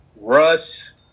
Russ